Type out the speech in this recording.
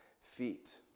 feet